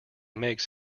makes